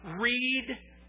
Read